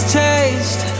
taste